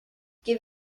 give